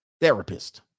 therapist